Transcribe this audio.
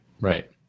Right